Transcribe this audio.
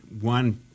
one